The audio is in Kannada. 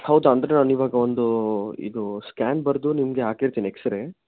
ಹೌದಾ ಅಂದರೆ ನಾನಿವಾಗ ಒಂದು ಇದು ಸ್ಕ್ಯಾನ್ ಬರೆದು ನಿಮಗೆ ಹಾಕಿರ್ತೀನಿ ಎಕ್ಸ್ ರೇ